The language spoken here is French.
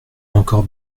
encore